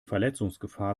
verletzungsgefahr